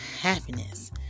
happiness